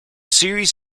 series